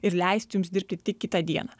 ir leisti jums dirbti tik kitą dieną